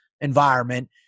environment